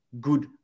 good